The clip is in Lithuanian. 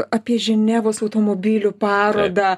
apie ženevos automobilių parodą